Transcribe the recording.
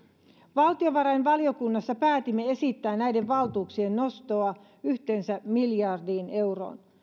valtiovarainvaliokunnassa päätimme esittää näiden valtuuksien nostoa yhteensä miljardiin euroon